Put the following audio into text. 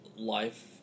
Life